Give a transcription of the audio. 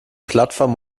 plattform